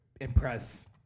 impress